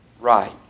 right